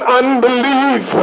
unbelief